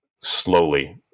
slowly